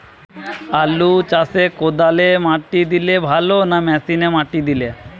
আলু চাষে কদালে মাটি দিলে ভালো না মেশিনে মাটি দিলে?